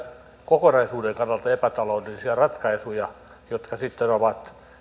kokonaisuuden kannalta epätaloudellisia ratkaisuja jotka sitten ovat